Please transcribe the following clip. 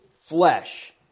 flesh